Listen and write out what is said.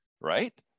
right